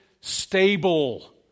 stable